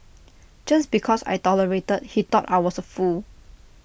just because I tolerated he thought I was A fool